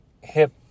hip